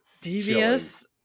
devious